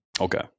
Okay